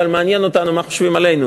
אבל מעניין אותנו מה חושבים עלינו,